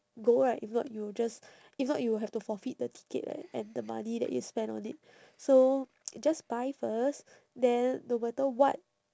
go right if not you will just if not you will have to forfeit the ticket leh and the money that you spent on it so just buy first then no matter what